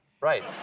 Right